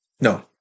No